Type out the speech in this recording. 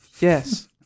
Yes